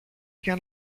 πια